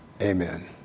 amen